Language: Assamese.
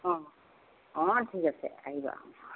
অঁ অঁ ঠিক আছে আহিবা